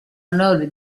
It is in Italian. onore